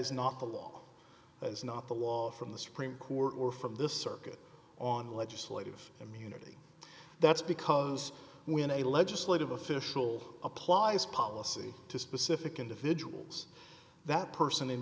is not the law is not the law from the supreme court or from the circuit on legislative immunity that's because when a legislative official applies policy to specific individuals that person